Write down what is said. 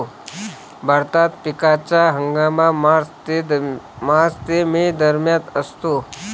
भारतात पिकाचा हंगाम मार्च ते मे दरम्यान असतो